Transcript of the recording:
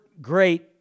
great